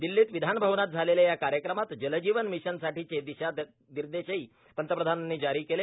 दिल्लीत विज्ञान भवनात झालेल्या या कार्यक्रमात जलजीवन मिशनसाठीचे दिशानिर्देशही पंतप्रधानांनी जारी केले